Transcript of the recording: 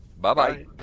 Bye-bye